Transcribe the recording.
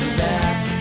back